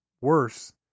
worse